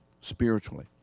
spiritually